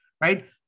right